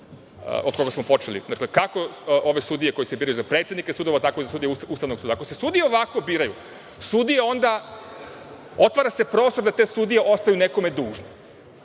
od koje smo počeli, dakle, kako ove sudije koje se biraju za predsednike sudova, tako i za sudije Ustavnog suda. Ako se sudije ovako biraju, otvara se prostor da te sudije ostaju nekome dužne,